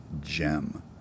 gem